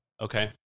Okay